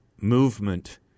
movement